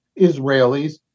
Israelis